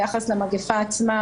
ביחס למגפה עצמה,